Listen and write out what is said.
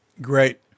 great